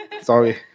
sorry